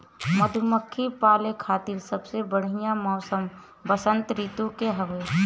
मधुमक्खी पाले खातिर सबसे बढ़िया मौसम वसंत ऋतू के हवे